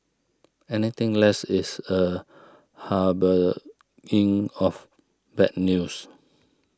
anything less is a harbinger of bad news